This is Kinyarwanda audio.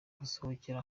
gusohokera